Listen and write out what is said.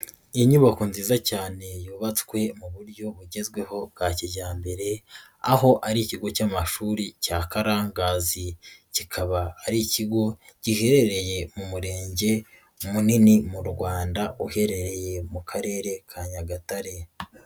Inyubako nziza cyane yubatswe mu buryo bugezweho bwa kijyambere aho ari ikigo cy'amashuri cya Karangazi, kikaba ari ikigo giherereye mu murenge munini mu Rwanda uherereye mu karere ka Nyagatare.